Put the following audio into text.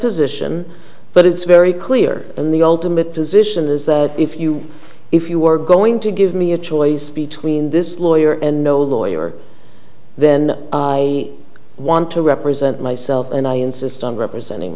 position but it's very clear in the ultimate position is that if you if you were going to give me a choice between this lawyer and no lawyer then i want to represent myself and i insist on representing